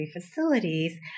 facilities